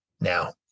now